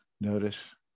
notice